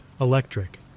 electric